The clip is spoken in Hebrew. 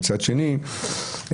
ומצד שני,